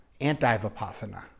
Anti-Vipassana